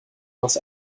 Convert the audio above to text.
los